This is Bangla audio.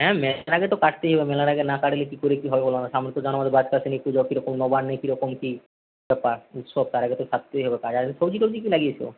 হ্যাঁ মেলার আগে তো কাটতেই হবে মেলার আগে না কাটলে কী করে কী হবে বলো সামনে তো নবান্নের কীরকম কী ব্যাপার উৎসব তার আগে তো কাটতেই হবে সবজি টবজি কী লাগিয়েছো